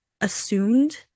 assumed